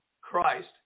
christ